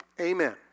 Amen